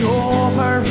over